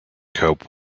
cope